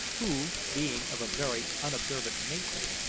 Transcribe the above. who, being of a very unobservant nature,